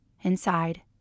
Inside